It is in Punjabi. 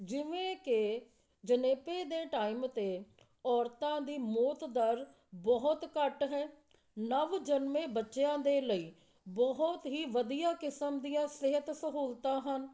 ਜਿਵੇਂ ਕਿ ਜਣੇਪੇ ਦੇ ਟਾਈਮ 'ਤੇ ਔਰਤਾਂ ਦੀ ਮੌਤ ਦਰ ਬਹੁਤ ਘੱਟ ਹੈ ਨਵ ਜਨਮੇ ਬੱਚਿਆਂ ਦੇ ਲਈ ਬਹੁਤ ਹੀ ਵਧੀਆ ਕਿਸਮ ਦੀਆਂ ਸਿਹਤ ਸਹੂਲਤਾਂ ਹਨ